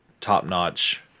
top-notch